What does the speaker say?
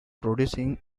producing